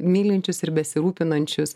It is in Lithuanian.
mylinčius ir besirūpinančius